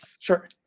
Sure